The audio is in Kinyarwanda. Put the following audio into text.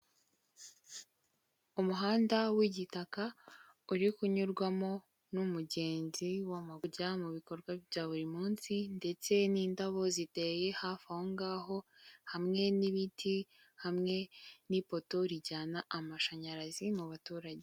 Umuhanda w'igitaka uri kunyurwamo n'umugenzi w'amaguru ujya mukorwa bya buri munsi ndetse n'indabo ziteye hafi aho ngaho hamwe n'ibiti hamwe n'ipoto rijyana amashanyarazi mu baturage.